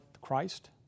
Christ